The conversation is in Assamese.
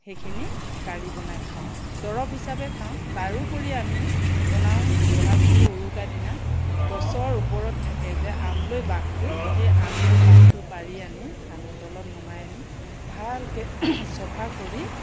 সেইখিনি কাৰী বনাই খাওঁ দৰব হিচাপে খাওঁ তাৰোপৰি আমি বনাওঁ বহাগ বিহু উৰুকা দিনা গছৰ ওপৰত থাকে যে আমলৈ বাঁহটো সেই আমলৈ বাঁহটো পাৰি আনি আমি তলত নমাই আনি ভালকৈ চফা কৰি